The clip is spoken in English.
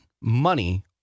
money